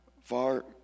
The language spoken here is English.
far